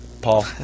Paul